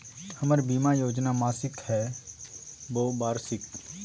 हमर बीमा योजना मासिक हई बोया वार्षिक?